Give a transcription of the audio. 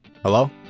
Hello